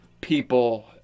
people